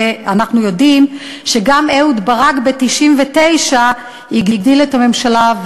ואנחנו יודעים שגם אהוד ברק ב-1999 הגדיל את הממשלה,